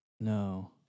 No